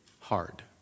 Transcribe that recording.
hard